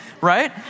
right